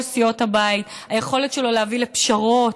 סיעות הבית; היכולת שלו להביא לפשרות,